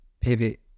pivot